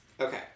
Okay